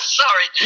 sorry